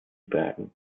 bergen